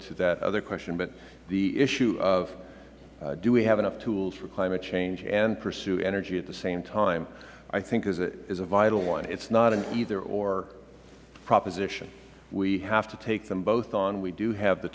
to that other question but the issue of do we have enough tools for climate change and pursue energy at the same time i think is a vital one it is not an eitheror proposition we have to take them both on we do have the